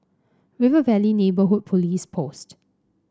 River Valley Neighbourhood Police Post